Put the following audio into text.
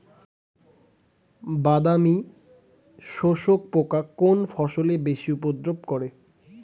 বাদামি শোষক পোকা কোন ফসলে বেশি উপদ্রব করে?